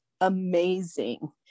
amazing